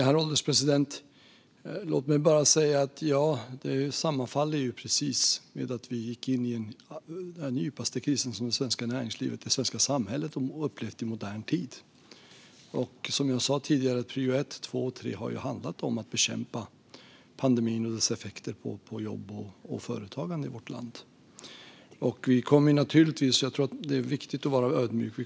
Herr ålderspresident! Detta sammanföll ju precis med att vi gick in i den djupaste kris det svenska näringslivet och samhället upplevt i modern tid. Som jag tidigare sa har prio ett, två och tre varit att bekämpa pandemin och dess effekter på jobb och företagande i vårt land. Det är viktigt att vara ödmjuk.